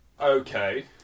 Okay